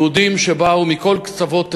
יהודים שבאו מכל קצוות תבל,